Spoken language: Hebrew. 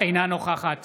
אינה נוכחת